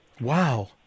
Wow